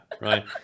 right